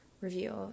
review